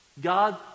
God